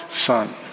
son